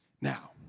Now